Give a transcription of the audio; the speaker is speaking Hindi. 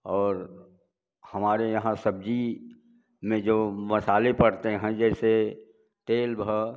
और हमारे यहाँ सब्जी में जो मसाले पड़ते हैं जैसे तेल भ